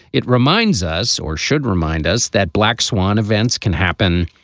it reminds us or should remind us that black swan events can happen.